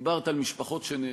דיברת על משפחות שנהרסו,